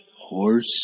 horse